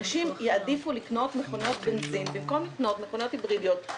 אנשים יעדיפו לקנות מכוניות בנזין במקום לקנות מכוניות היברידיות,